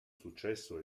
successo